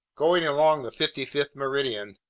going along the fifty fifth meridian,